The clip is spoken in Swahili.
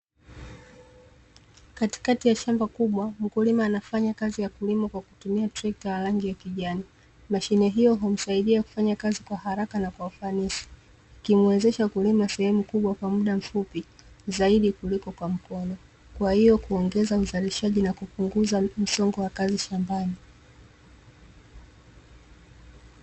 Katikati ya shamba kubwa, mkulima anafanya kazi ya kulima kwa kutumia trekta la rangi yakijani. Mashine hiyo humsaidia kufanya kazi kwa haraka na kwa ufanisi, ikimuwezesha kulima sehemu kubwa kwa muda mfupi zaidi kuliko kwa mkono, kwa hiyo kuongeza uzalishaji na kupunguza msongo wa kazi shambani.